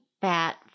fat